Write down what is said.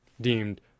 deemed